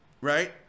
Right